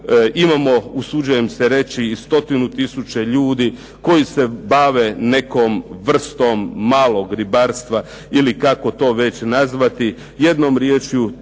imamo usuđujem se reći 100 tisuća ljudi koji se bave nekom vrstom malih ribara, kako to nazvati, jednom riječju